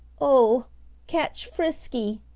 oh catch frisky!